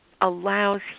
allows